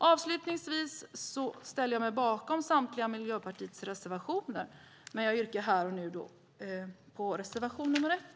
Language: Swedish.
Avslutningsvis ställer jag mig bakom samtliga Miljöpartiets reservationer. Jag yrkar här och nu bifall till reservation nr 1.